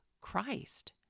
Christ